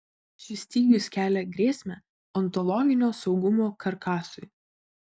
šis stygius kelia grėsmę ontologinio saugumo karkasui